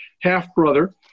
half-brother